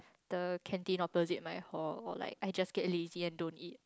the canteen opposite my hall or I just get lazy and don't eat